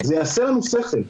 זה יעשה לנו שכל.